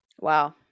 Wow